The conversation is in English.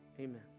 amen